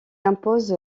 impose